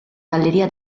galleria